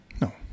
No